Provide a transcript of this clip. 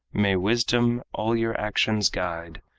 may wisdom all your actions guide.